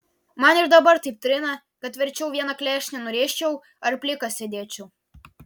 man ir dabar taip trina kad verčiau vieną klešnę nurėžčiau ar plikas sėdėčiau